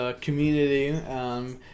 community